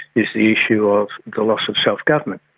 is the issue of the loss of self-government.